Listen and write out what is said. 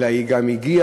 אלא היא גם הגיעה,